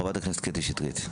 חברת הכנסת קטי שטרית.